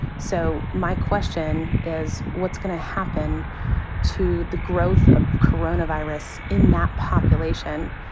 so my question is what's gonna happen to the growth of coronavirus in that population?